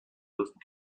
dust